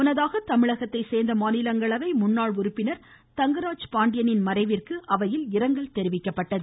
முன்னதாக தமிழகத்தை சேர்ந்த மாநிலங்களவை முன்னாள் உறுப்பினர் தங்கராஜ் பாண்டியனின் மறைவிற்கு அவையில் இரங்கல் தெரிவிக்கப்பட்டது